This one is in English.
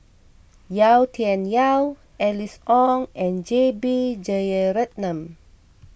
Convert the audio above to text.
Yau Tian Yau Alice Ong and J B Jeyaretnam